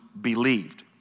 believed